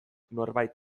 norbait